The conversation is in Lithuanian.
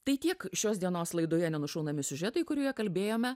tai tiek šios dienos laidoje nenušaunami siužetai kurioje kalbėjome